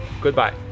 goodbye